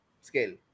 scale